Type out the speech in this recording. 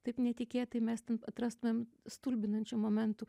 taip netikėtai mes ten atrastumėm stulbinančių momentų